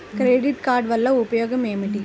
Credit card వల్ల ఉపయోగం ఏమిటీ?